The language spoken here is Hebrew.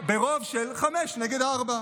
ברוב של חמישה נגד ארבעה.